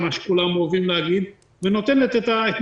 כי גוף מטה לא יודע לעשות את הדברים